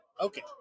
Okay